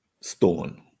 stone